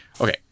Okay